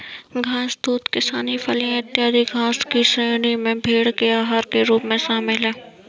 घास, दूब, कासनी, फलियाँ, इत्यादि घास की श्रेणी में भेंड़ के आहार के रूप में शामिल है